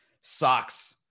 Socks